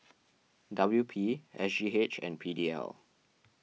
W P S G H and P D L